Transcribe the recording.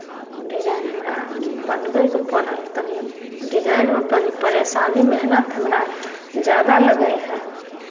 design हमरा बनबयके पड़ल तनी डिजाइनमे कनी परेशानी मेहनति हमरा ज्यादा लगै हए